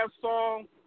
song